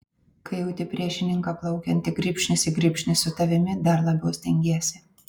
kai jauti priešininką plaukiantį grybšnis į grybšnį su tavimi dar labiau stengiesi